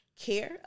Care